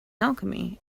alchemy